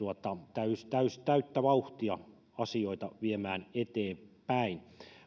täyttä vauhtia asioita viemään eteenpäin